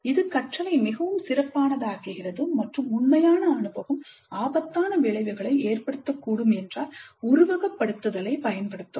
இது கற்றலை மிகவும் சிறப்பானதாக்குகிறது மற்றும் உண்மையான அனுபவம் ஆபத்தான விளைவுகளை ஏற்படுத்தக்கூடும் என்றால் உருவகப்படுத்துதலைப் பயன்படுத்தவும்